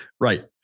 Right